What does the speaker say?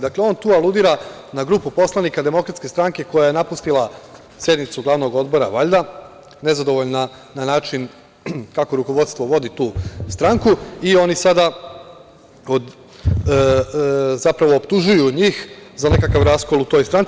Dakle, on tu aludira na grupu poslanika DS koja je napustila sednicu Glavnog odbora, valjda nezadovoljna na način kako rukovodstvo vodi tu stranku i oni sada zapravo optužuju njih za nekakav raskol u toj stranci.